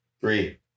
three